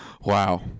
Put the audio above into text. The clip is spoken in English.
wow